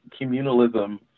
communalism